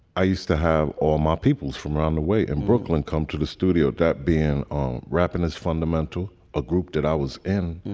i used to have all my peoples from around the way in brooklyn come to the studio, that being on rappin as fundamental a group that i was in.